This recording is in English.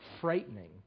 frightening